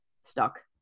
stuck